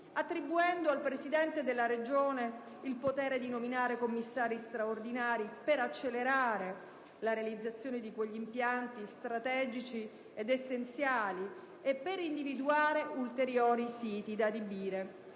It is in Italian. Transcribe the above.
attribuendo al Presidente della Regione il potere di nominare commissari straordinari per accelerare la realizzazione di impianti strategici ed essenziali e per individuare ulteriori siti da adibire